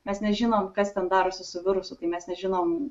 mes nežinom kas ten darosi su virusu tai mes nežinom